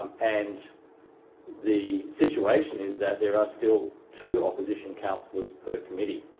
and the situation is that there are still two opposition councillors per committee.